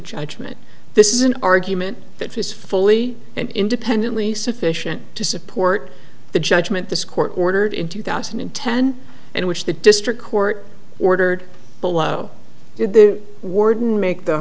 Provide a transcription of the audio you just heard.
judgment this is an argument that is fully and independently sufficient to support the judgment this court ordered in two thousand and ten in which the district court ordered below the warden make the